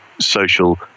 social